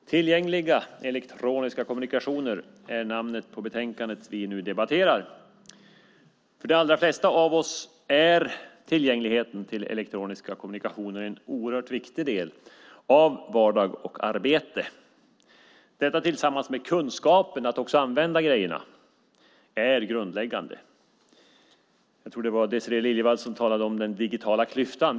Herr talman! Tillgängliga elektroniska kommunikationer är namnet på betänkandet vi nu debatterar. För de allra flesta av oss är tillgängligheten till elektroniska kommunikationer en oerhört viktig del av vardag och arbete. Detta tillsammans med kunskapen att också använda grejerna är grundläggande. Jag tror att det var Désirée Liljevall som talade om den digitala klyftan.